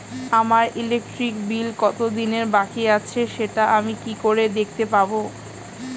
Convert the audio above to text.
আমার electric bill কত দিনের বাকি আছে সেটা আমি কি করে দেখতে পাবো?